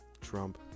Trump